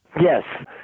Yes